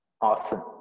Awesome